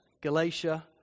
Galatia